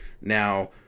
Now